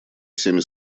всеми